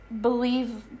believe